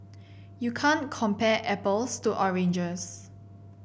you can't compare apples to oranges